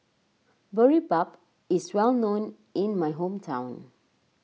Boribap is well known in my hometown